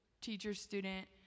teacher-student